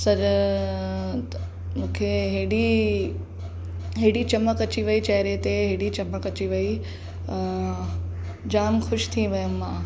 सॼा मूंखे हेॾी हेॾी चमक अची वई चहिरे ते हेॾी चमक अची वई जाम ख़ुशि थी वियमि मां